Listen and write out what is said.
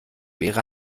wäre